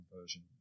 version